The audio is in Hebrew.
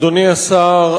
אדוני השר,